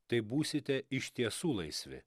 tai būsite iš tiesų laisvi